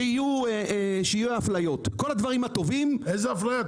שתהיה אפליה, כל הדברים הטובים --- איזה אפליה?